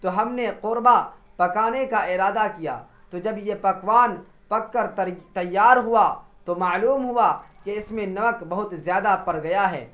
تو ہم نے قربہ پکانے کا ارادہ کیا تو جب یہ پکوان پک کر تیار ہوا تو معلوم ہوا کہ اس میں نمک بہت زیادہ پڑ گیا ہے